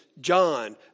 John